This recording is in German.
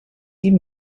sie